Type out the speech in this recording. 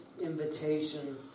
invitation